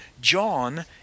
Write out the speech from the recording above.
john